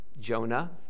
Jonah